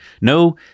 no